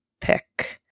pick